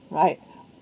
right